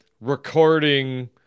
recording